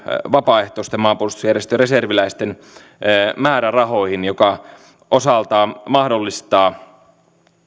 vapaaehtoisten maanpuolustusjärjestöjen reserviläisten määrärahoihin mikä osaltaan mahdollistaa